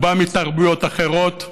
הוא בא מתרבויות אחרות.